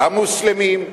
גם מוסלמים,